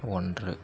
ஒன்று